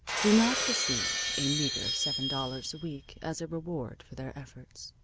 do not receive a meager seven dollars a week as a reward for their efforts.